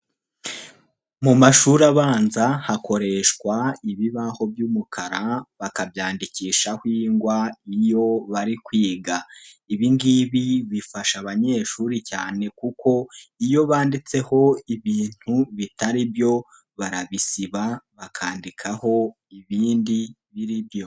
Mu mashuri abanza hakoreshwa ibibaho by'umukara bakabyandikishaho ingwa iyo bari kwiga, ibi ngibi bifasha abanyeshuri cyane kuko iyo banditseho ibintu bitari byo barabisiba bakandikaho ibindi biri byo.